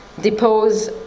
depose